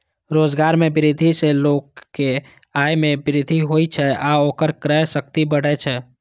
रोजगार मे वृद्धि सं लोगक आय मे वृद्धि होइ छै आ ओकर क्रय शक्ति बढ़ै छै